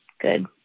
Good